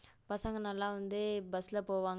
பசங்கள் நல்லா வந்து பஸ்ல போவாங்கள்